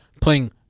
playing